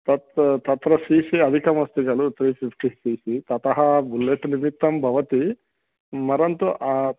तत् तत्र C C अधिकमस्ति खलु ततः त्रि फ़िफ़्टि ति ततः बुलेट् निमित्तं भवति परन्तु